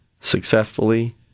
successfully